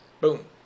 Boom